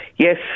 Yes